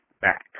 back